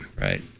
right